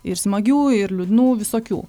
ir smagių ir liūdnų visokių